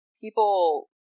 People